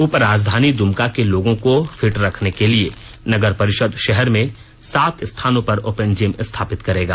उपराजधानी दमका के लोगों को फिट रखने के लिए नगर परिषद शहर में सात स्थानों पर ओपन जिम स्थापित करेंगा